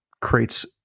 creates